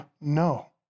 no